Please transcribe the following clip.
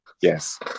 Yes